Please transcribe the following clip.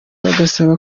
bagasaba